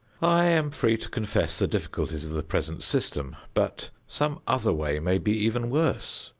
i am free to confess the difficulties of the present system, but some other way may be even worse.